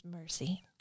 mercy